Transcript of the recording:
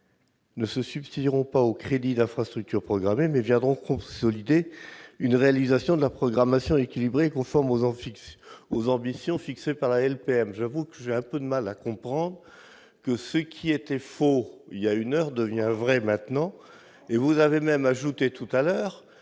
ne se substitueront pas aux crédits d'infrastructures programmés, mais viendront consolider une réalisation de la programmation équilibrée et conforme aux ambitions fixées par la LPM. » J'avoue avoir un peu de mal à comprendre que ce qui était faux voilà une heure soit maintenant devenu vrai ... Vous avez même ajouté tout à l'heure